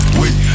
wait